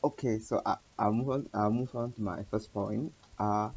okay so I’ll I’ll move on I’ll move on to my first point uh